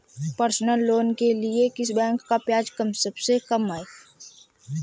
Personal loan के लिए किस बैंक का ब्याज सबसे कम है?